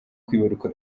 kwibaruka